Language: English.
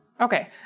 Okay